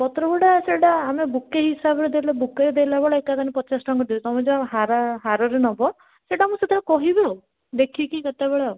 ପତ୍ରଗୁଡ଼ା ସେଇଟା ଆମେ ବୁକେ ହିସାବରେ ଦେଲେ ବୁକେରେ ଦେଲା ବେଳେ ଏକା ପଚାଶ ଟଙ୍କାରେ ଦଉ ତୁମେ ଯେଉଁ ହାର ହାରରେ ନବ ସେଇଟା ମୁଁ ସେତେବେଳେ କହିବି ଆଉ ଦେଖିକି ସେତେବେଳେ ଆଉ